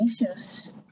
issues